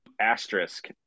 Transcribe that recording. asterisk